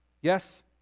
Yes